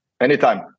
Anytime